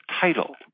title